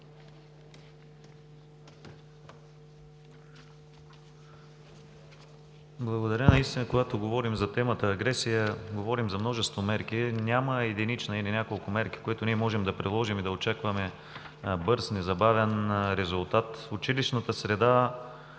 Благодаря. Наистина, когато говорим за темата „агресия“, говорим за множество мерки. Няма единична или няколко мерки, които ние можем да приложим и да очакваме бърз, незабавен резултат. В училищната среда